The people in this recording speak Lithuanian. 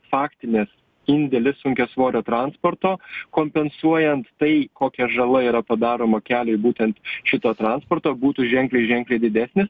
faktinės indėlis sunkiasvorio transporto kompensuojant tai kokia žala yra padaroma keliui būtent šito transporto būtų ženkliai ženkliai didesnis